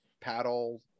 paddle